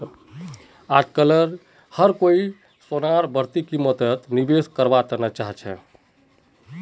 अजकालित हर कोई सोनार बढ़ती कीमतत निवेश कारवार तने चाहछै